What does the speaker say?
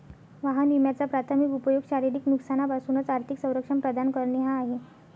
वाहन विम्याचा प्राथमिक उपयोग शारीरिक नुकसानापासून आर्थिक संरक्षण प्रदान करणे हा आहे